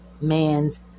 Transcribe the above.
man's